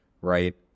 right